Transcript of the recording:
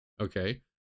Okay